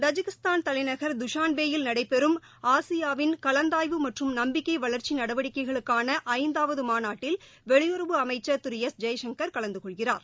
Tajikistan தலைநகர் Dushanbe யில் நடைபெறும் ஆசியாவின் கலந்தாய்வு மற்றும் நம்பிக்கை வளர்ச்சி நடவடிக்கைகளுக்கான ஐந்தாவது மாநாட்டில் வெளியுறவு அமைச்சர் திரு எஸ் ஜெய்சங்கள் கலந்து கொள்கிறார்